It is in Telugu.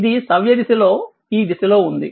ఇది సవ్యదిశలో ఈ దిశలో ఉంది